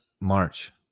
March